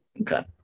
Okay